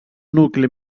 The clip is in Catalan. nucli